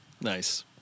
Nice